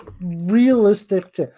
realistic